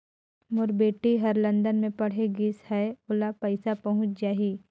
मोर बेटी हर लंदन मे पढ़े गिस हय, ओला पइसा पहुंच जाहि?